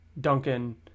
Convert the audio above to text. Duncan